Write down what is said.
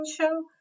show